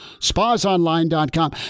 spasonline.com